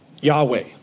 Yahweh